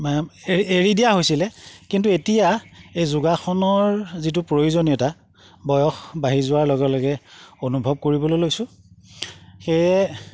এ এৰি দিয়া হৈছিলে কিন্তু এতিয়া এই যোগাসনৰ যিটো প্ৰয়োজনীয়তা বয়স বাঢ়ি যোৱাৰ লগে লগে অনুভৱ কৰিবলৈ লৈছোঁ সেয়ে